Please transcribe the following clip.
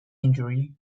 injury